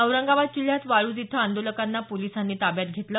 औरंगाबाद जिल्ह्यात वाळूज इथं आंदोलकांना पोलिसांनी ताब्यात घेतलं